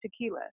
tequila